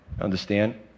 Understand